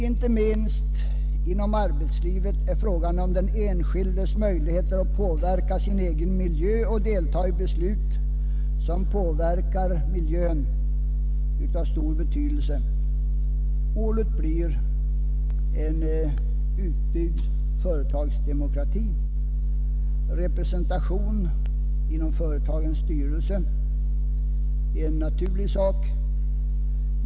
Inte minst inom arbetslivet är frågan om den enskildes möjligheter att påverka sin egen miljö och delta i beslut som påverkar miljön av stor betydelse. Målet måste vara en utbyggd företagsdemokrati. Representation för de anställda inom ett företags styrelse är en naturlig sak.